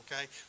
okay